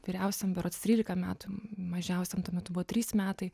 vyriausiam berods trylika metų mažiausiam tuo metu buvo trys metai